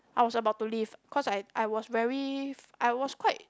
I was about to leave because I was very I was quite